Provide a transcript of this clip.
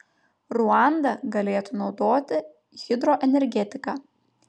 ruanda galėtų naudoti hidroenergetiką